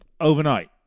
overnight